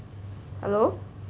hello